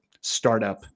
startup